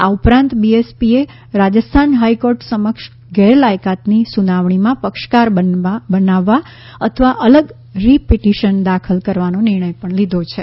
આ ઉપરાંત BSP Rajasthan high court સમક્ષ ગેરલાયકાતની સુનાવણીમાં પક્ષકાર બનાવવા અથવા અલગ રિટપીટીશન દાખલ કરવાનો નિર્ણય પણ લીધો છે